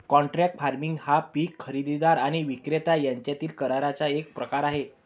contract farming हा पीक खरेदीदार आणि विक्रेता यांच्यातील कराराचा एक प्रकार आहे